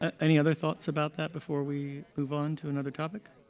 and any other thoughts about that before we move onto another topic